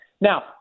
Now